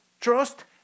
Trust